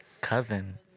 coven